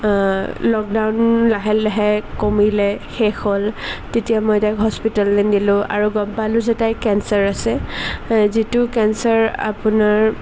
lockdown লাহে লাহে কমিলে শেষ হ'ল তেতিয়া মই তাইক হস্পিটেললৈ নিলো আৰু গম পালোঁ যে তাইৰ কেঞ্চাৰ আছে যিটো কেঞ্চাৰ আপোনাৰ